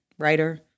Writer